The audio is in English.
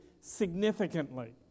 significantly